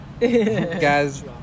Guys